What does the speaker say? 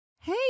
Hey